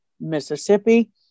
mississippi